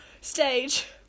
stage